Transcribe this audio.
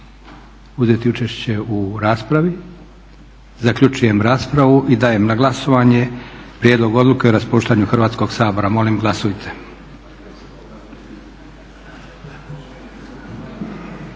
uzeti učešće u raspravi? Zaključujem raspravu. I dajem na glasovanje Prijedlog odluke o raspuštanju Hrvatskog sabora. Molim glasujte.